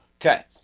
Okay